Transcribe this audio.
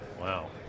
Wow